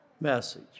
message